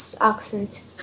accent